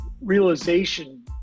realization